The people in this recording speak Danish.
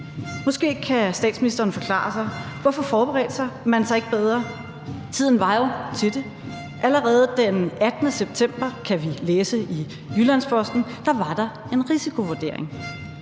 Måske kan statsministeren forklare sig. Hvorfor forberedte man sig ikke bedre? Tiden var jo til det. Allerede den 18. september – kan vi læse i Jyllands-Posten – var der en risikovurdering.